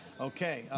okay